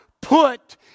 put